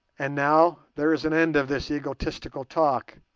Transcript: and now there is an end of this egotistical talk,